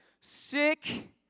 sick